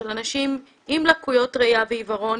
של אנשים עם לקויות ראייה ועיוורון,